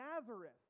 Nazareth